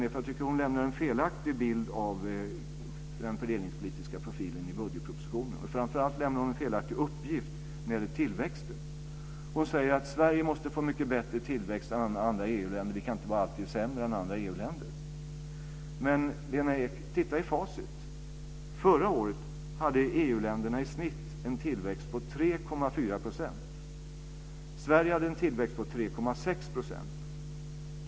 Jag tycker nämligen att hon lämnar en felaktig bild av den fördelningspolitiska profilen i budgetpropositionen. Framför allt lämnar hon en felaktig uppgift när det gäller tillväxten. Hon säger att Sverige måste få mycket bättre tillväxt än andra EU-länder och att vi inte alltid kan vara sämre än andra EU-länder. Men titta i facit, Lena Ek! Förra året hade EU-länderna i snitt en tillväxt på 3,4 %. Sverige hade en tillväxt på 3,6 %.